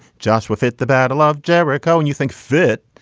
joshua fit the battle of jericho and you think fit.